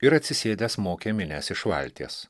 ir atsisėdęs mokė minias iš valties